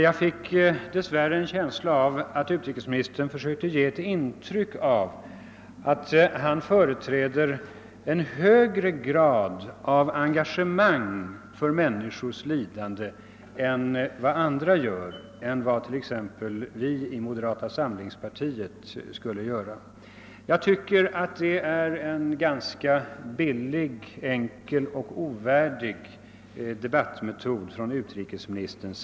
Jag fick emellertid dess värre en känsla av att utrikesministern då försökte ge intryck av att han företräder en högre grad av engagemang när det gäller människors lidanden än vad exempelvis vi i moderata samlingspartiet gör. Det tycker jag är en ganska billig, enkel och ovärdig debattmetod.